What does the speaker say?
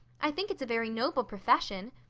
i think it's a very noble profession.